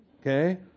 Okay